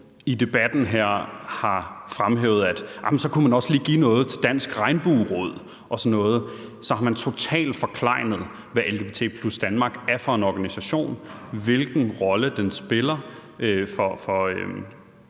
i debatten her har fremhævet, at så kunne man også lige give noget til Dansk Regnbueråd og sådan noget, har de totalt forklejnet, hvad LGBT+ Danmark er for en organisation, og hvilken rolle den spiller for